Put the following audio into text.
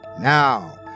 Now